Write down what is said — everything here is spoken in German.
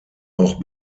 auch